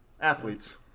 athletes